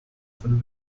von